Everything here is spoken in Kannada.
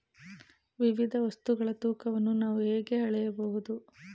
ವಿವಿಧ ವಸ್ತುಗಳ ತೂಕವನ್ನು ನಾವು ಹೇಗೆ ಅಳೆಯಬಹುದು?